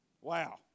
Wow